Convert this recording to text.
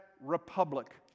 republic